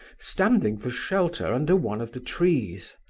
standing for shelter under one of the trees.